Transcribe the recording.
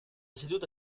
seduta